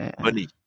money